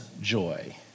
joy